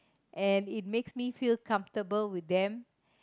and it makes me feel comfortable with them